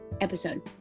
episode